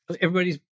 everybody's